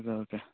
okay okay